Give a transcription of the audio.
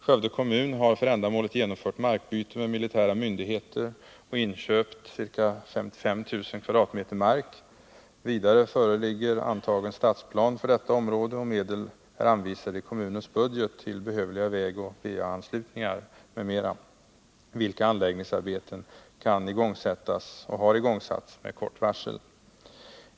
Skövde kommun har för ändamålet genomfört markbyte med militära myndigheter och köpt ca 55 000 m? mark. Vidare föreligger antagen stadsplan för detta område, och medel är anvisade i kommunens budget till behövliga vägoch va-anslutningar m.m., vilka anläggningsarbeten kan igångsättas och har igångsatts med kort varsel.